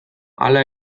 hala